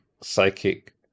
psychic